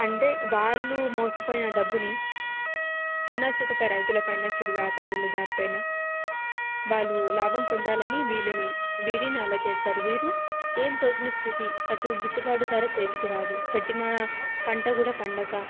అంటే వాళ్ళు మోసపోయిన డబ్బుని చిన్నా చితకా రైతులపైన చిరు వ్యాపారుల దారి పైన వాళ్ళు లాభం పొందాలని వీళ్ళని వీరిని అలా చేస్తారు వీరు ఏం తోచని స్థితి అటు గిట్టుబాటు ధర చేతికి రాదు పెట్టినా పంటకూడా పండక